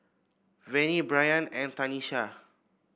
Vennie Brayan and Tanisha